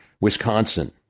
Wisconsin